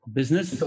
Business